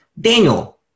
Daniel